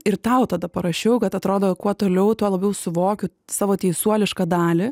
ir tau tada parašiau kad atrodo kuo toliau tuo labiau suvokiu savo teisuolišką dalį